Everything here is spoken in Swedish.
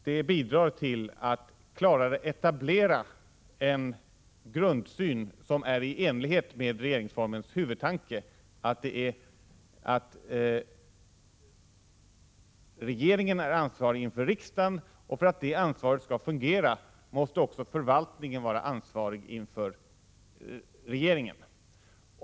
Det bidrar till att klarare etablera en grundsyn i enlighet med regeringsformens huvudtanke, att regeringen är ansvarig inför riksdagen. För att det ansvaret skall fungera måste också förvaltningen vara ansvarig inför regeringen.